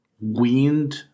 wind